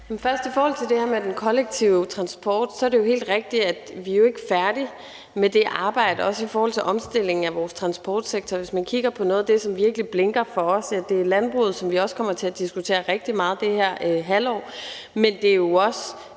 det her med den kollektive transport vil jeg først sige, at det jo er helt rigtigt, at vi ikke er færdige med det arbejde, heller ikke i forhold til omstillingen af vores transportsektor. Noget af det, som virkelig står og blinker for os, er landbruget, som vi også kommer til at diskutere rigtig meget i det her halvår, men det er jo også